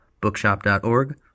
bookshop.org